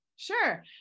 Sure